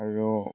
আৰু